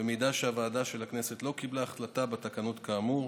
במידה שהוועדה של הכנסת לא קיבלה החלטה בתקנות כאמור.